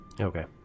Okay